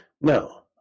No